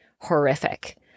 horrific